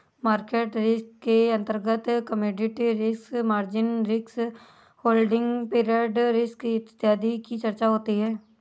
market risk के अंतर्गत commodity risk, margin risk, holding period risk इत्यादि की चर्चा होती है